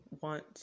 want